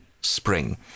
Spring